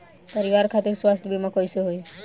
परिवार खातिर स्वास्थ्य बीमा कैसे होई?